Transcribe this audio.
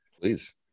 Please